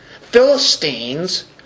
Philistines